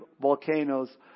volcanoes